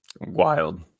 Wild